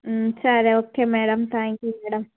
సరే okay madam thank you madam